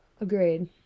agreed